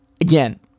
again